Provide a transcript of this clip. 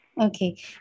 Okay